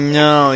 no